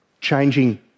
changing